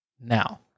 Now